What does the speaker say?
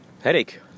headache